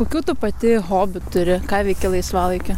kokių tu pati hobių turi ką veiki laisvalaikiu